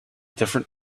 different